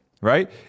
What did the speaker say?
right